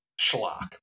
schlock